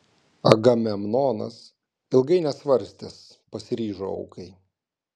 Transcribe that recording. agamemnonas ilgai nesvarstęs pasiryžo aukai